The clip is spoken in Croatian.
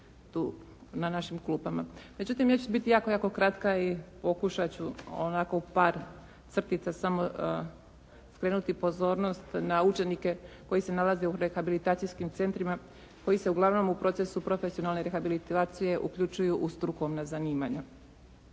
tu na našim klupama. Međutim, ja ću biti jako kratka i pokušat ću onako u par crtica skrenuti pozornost na učenike koji se nalaze u rehabilitacijskim centrima, koji se uglavnom u procesu profesionalne rehabilitacije uključuju u strukovna zanimanja.